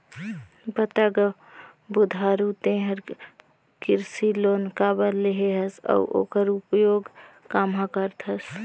बता गा बुधारू ते हर कृसि लोन काबर लेहे हस अउ ओखर उपयोग काम्हा करथस